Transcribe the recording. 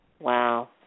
Wow